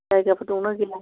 जायगाफोर दंना गैया